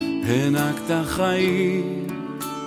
הענקת חיים.